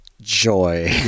joy